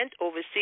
overseas